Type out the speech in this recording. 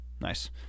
Nice